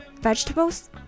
vegetables